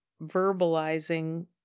verbalizing